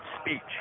speech